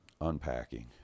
unpacking